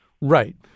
Right